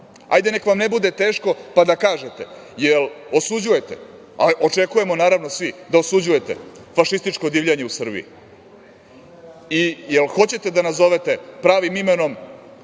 Hajde, neka vam ne bude teško pa da kažete da li osuđujete? Očekujemo, naravno svi, da osuđujete fašističko divljanje u Srbiji. Hoćete li da nazovete pravim imenom